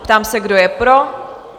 Ptám se, kdo je pro?